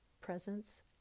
Presence